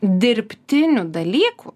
dirbtinių dalykų